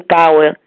power